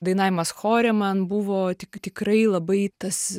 dainavimas chore man buvo tik tikrai labai tas